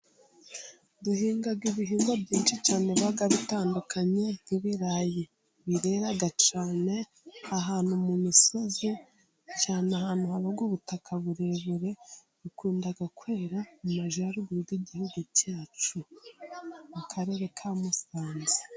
Duhinga ibihingwa byinshi cyane biba bitandukanye, nk'ibirayi birera cyane ahantu mu misozi, cyane ahantu haba ubutaka burebure bikunda kwera mu majyaruguru y'igihugu cyacu ,mu karere ka Musanze.